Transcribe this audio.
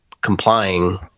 complying